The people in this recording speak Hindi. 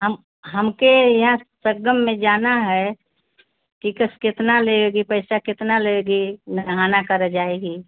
हम हमके याँ संगम में जाना है टिकस कितना लेओगी पैसा केतना लेगी नहाना करे जाएगी